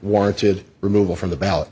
warranted removal from the ballot